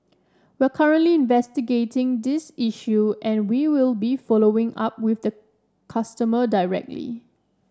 we are currently investigating this issue and we will be following up with the customer directly